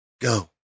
go